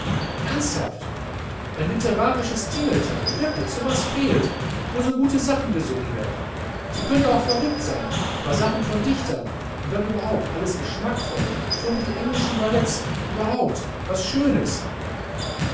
ernsthaft ein literarisches tingeltangel wirklich so was fehlt wo gute sachen gesungen werden sie können ja auch verrückt sein aber sachen von dichtern und dann überhaupt alles geschmackvoll so wie die englischen ballets überhaupt was schönes